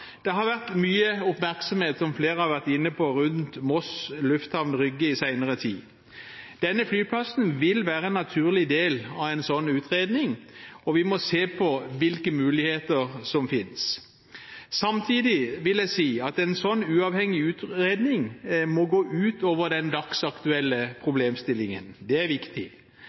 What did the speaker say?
det har vært mye oppmerksomhet, som flere har vært inne på, rundt Moss Lufthavn Rygge i senere tid. Denne flyplassen vil være en naturlig del av en slik utredning, og vi må se på hvilke muligheter som finnes. Samtidig vil jeg si at en slik uavhengig utredning må gå utover denne dagsaktuelle problemstillingen. Det er viktig.